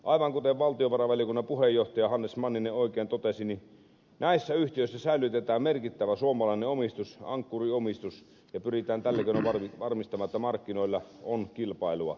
aivan kuten valtiovarainvaliokunnan puheenjohtaja hannes manninen oikein totesi näissä yhtiöissä säilytetään merkittävä suomalainen omistus ankkuriomistus ja pyritään tällä keinoin varmistamaan että markkinoilla on kilpailua